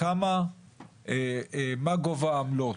מה גובה העמלות.